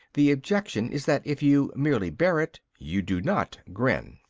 the objection is that if you merely bear it, you do not grin.